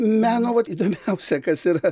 meno vat įdomiausia kas yra